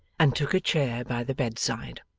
and took a chair by the bedside.